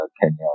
Kenya